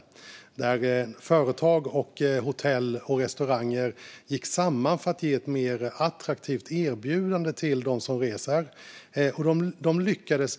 Företag, hotell och restauranger har gått samman för att ge ett mer attraktivt erbjudande till dem som reser.